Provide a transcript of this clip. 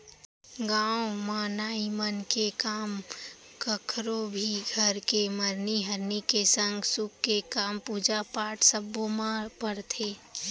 गाँव म नाई मन के काम कखरो भी घर के मरनी हरनी के संग सुख के काम, पूजा पाठ सब्बो म परथे